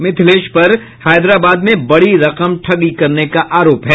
मिथिलेश पर हैदराबाद में बड़ी रकम ठगी करने का आरोप है